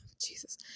Jesus